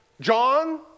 John